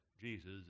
Jesus